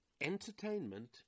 entertainment